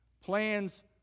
plans